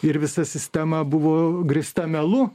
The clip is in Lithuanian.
ir visa sistema buvo grįsta melu